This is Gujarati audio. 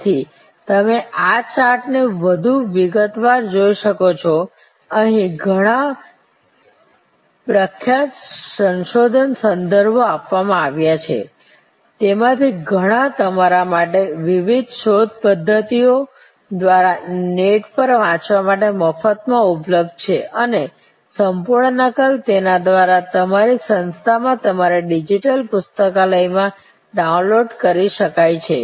તેથી તમે આ ચાર્ટ ને વધુ વિગતવાર જોઈ શકો છો અહીં ઘણા પ્રખ્યાત સંશોધન સંદર્ભો આપવામાં આવ્યા છે તેમાંથી ઘણાં તમારા માટે વિવિધ શોધ પદ્ધતિઓ દ્વારા નેટ પર વાંચવા માટે મફતમાં ઉપલબ્ધ છે અને સંપૂર્ણ નકલ તેના દ્વારા તમારી સંસ્થામાં તમારી ડિજિટલ પુસ્તકાલય માં ડાઉનલોડ કરી શકાય છે